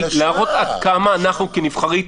להראות עד כמה אנחנו כנבחרי ציבור,